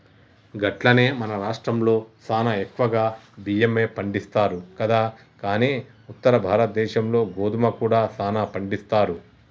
గట్లనే మన రాష్ట్రంలో సానా ఎక్కువగా బియ్యమే పండిస్తారు కదా కానీ ఉత్తర భారతదేశంలో గోధుమ కూడా సానా పండిస్తారు